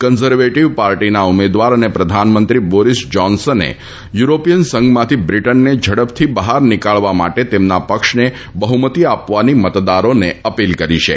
conservative પાર્ટીના ઉમેદવાર અને પ્રધાનમંત્રી બોરીસ જોન્સને યુરોપીયન સંઘમાંથી બ્રિટનને ઝડપથી બહાર નીકાળવા માટે તેમના પક્ષને બહુમતી આપવાની મતદારોને અપીલ કરી છે